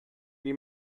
wie